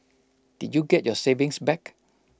did you get your savings back